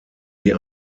sie